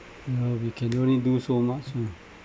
ya we can only do so much ah